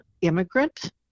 immigrant